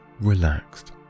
relaxed